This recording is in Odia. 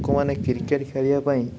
ଲୋକମାନେ କ୍ରିକେଟ୍ ଖେଳିବା ପାଇଁ